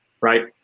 right